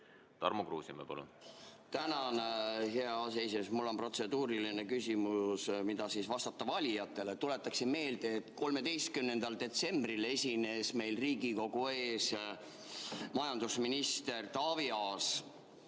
Tarmo Kruusimäe, palun! Tänan, hea aseesimees! Mul on protseduuriline küsimus, et mida vastata valijatele. Tuletan meelde, et 13. detsembril esines Riigikogu ees majandusminister Taavi